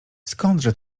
skądże